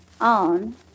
on